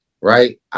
right